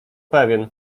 pewien